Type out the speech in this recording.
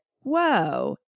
whoa